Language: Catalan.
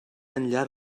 enllà